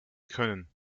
können